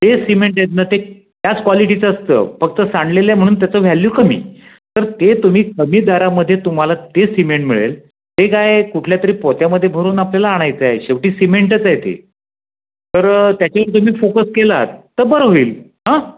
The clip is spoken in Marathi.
ते सिमेंट जे आहे ना ते त्याच कॉलीटीचं असतं फक्त सांडलेलं म्हणून त्याची व्हॅल्यू कमी तर ते तुम्ही कमी दरामध्ये तुम्हाला तेच सिमेंट मिळेल ते काय कुठल्या तरी पोत्यामध्ये भरून आपल्याला आणायचं आहे शेवटी सिमेंटच आहे ते तर त्याच्यावर तुम्ही फोकस केलात तर बरं होईल